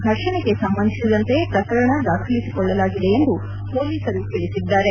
ಫರ್ಷಣೆಗೆ ಸಂಬಂಧಿಸಿದಂತೆ ಪ್ರಕರಣ ದಾಖಲಿಸಿಕೊಳ್ಳಲಾಗಿದೆ ಎಂದು ಪೊಲೀಸರು ತಿಳಿಸಿದ್ದಾರೆ